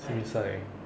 simi sai